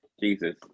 jesus